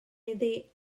iddi